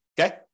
Okay